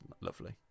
lovely